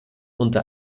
unter